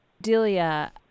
Delia